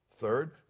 Third